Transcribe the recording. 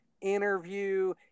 interview